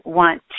want